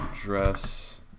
dress